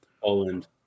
Poland